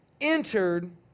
entered